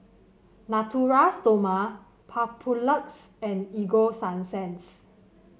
Natura Stoma Papulex and Ego Sunsense